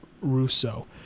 Russo